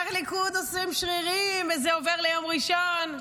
הליכוד עושים שרירים וזה עובר ליום ראשון.